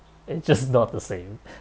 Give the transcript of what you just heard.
it's just not the same